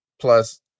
Plus